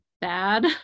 bad